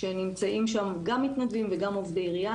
נמצאים שם גם מתנדבים וגם עובדי עירייה.